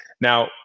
Now